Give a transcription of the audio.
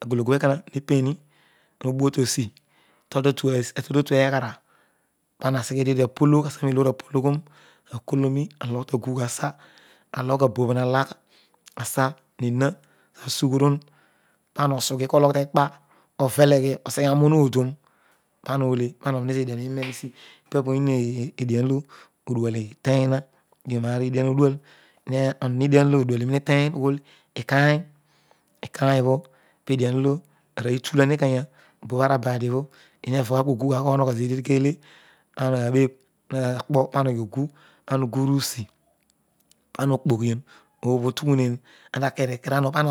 Agologu ekoina repeti hobu otkosi totite eghara poria reghe zeedi apologh, aseghy meloor apologian akoloni alogh ta kligh asa alogh aboro na lags, ara he ha asugharon, than osigh ekua oloyn tekpa, ovelejhi oseghe a rouhn oduoro pana ole per ezi edicin limel si paibhs spin edian olo odival hery ha ohon redian d odual litery ughool kain ikarin obhopaedian olo arooy hulaw obobhara badiobho leedi mikenya leva gha kogugia konoghe zardi etdikele anabell hakpo para oghin ogu aho ligu rus, pana ogboghión nanakii, roolo odilal